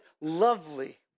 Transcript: lovely